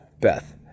Beth